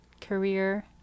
career